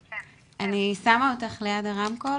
אני שמה אותך ליד הרמקול,